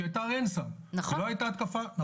שהייתה -- היא לא הייתה התקפה -- נכון.